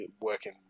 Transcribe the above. working